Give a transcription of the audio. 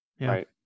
right